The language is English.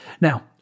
Now